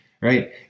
right